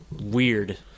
weird